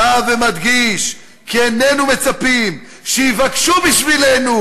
"שב ומדגיש כי איננו מצפים שיבקשו בשבילנו